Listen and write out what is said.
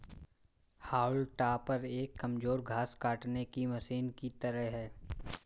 हाउल topper एक कमजोर घास काटने की मशीन की तरह है